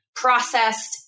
processed